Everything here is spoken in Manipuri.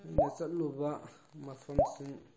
ꯑꯩꯅ ꯆꯠꯂꯨꯕ ꯃꯐꯝꯁꯤꯡ